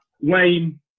Wayne